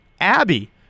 Abby